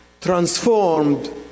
transformed